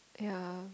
ya